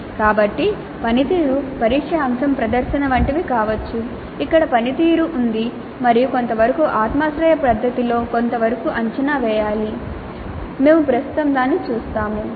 కాబట్టి పనితీరు పరీక్ష అంశం ప్రదర్శన వంటిది కావచ్చు ఇక్కడ పనితీరు ఉంది మరియు కొంతవరకు ఆత్మాశ్రయ పద్ధతిలో కొంతవరకు అంచనా వేయాలి మేము ప్రస్తుతం దానిని చూస్తాము